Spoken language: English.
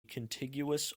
contiguous